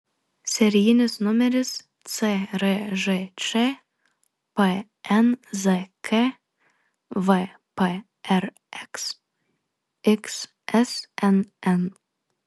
serijinis numeris cržč pnzk vprx xsnn